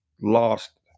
lost